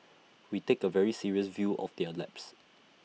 we take A very serious view of the A lapse